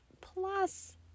plus